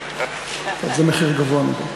טוב, זה מחיר גבוה מדי.